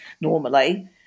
normally